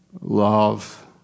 Love